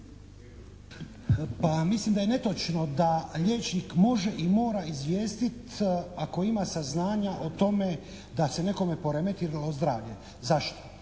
mislim da je netočno da liječnik može i mora izvijestiti ako ima saznanja o tome da se netko poremetilo zdravlje. Zašto?